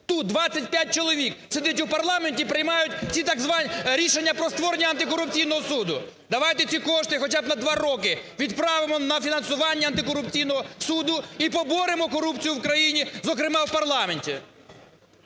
Тут 25 чоловік сидить у парламенті і приймають так звані "рішення про створення антикорупційного суду". Давайте ці кошти хоча б на два роки відправимо на фінансування антикорупційного суду і поборемо корупцію в країні, зокрема в парламенті.